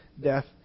death